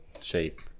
shape